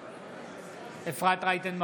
בעד אפרת רייטן מרום,